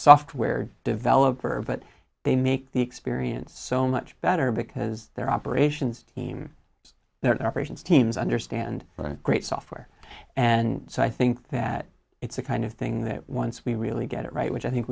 software developer but they make the experience so much better because their operations team their operations teams understand what a great software and so i think that it's a kind of thing that once we really get it right which i think